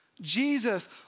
Jesus